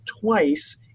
twice